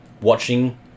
watching